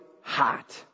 hot